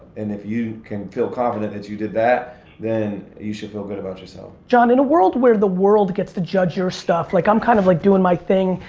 and if you can feel confident that you did that then you should feel good about yourself. john, in a world where the world gets to judge your stuff. like, i'm kind of like doin' my thing.